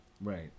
Right